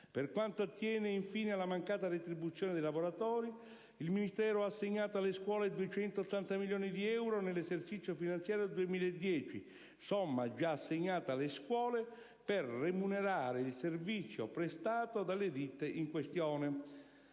Per quanto attiene, infine, alla mancata retribuzione dei lavoratori, il Ministero ha assegnato alle scuole 260 milioni di euro nell'esercizio finanziario 2010, somma già assegnata alle scuole per remunerare il servizio prestato dalle ditte in questione.